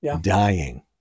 dying